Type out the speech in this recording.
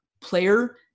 player